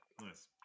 Nice